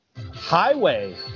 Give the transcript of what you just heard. Highway